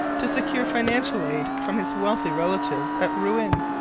to secure financial aid from his wealthy relatives at rouen.